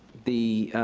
the, ah,